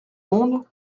monde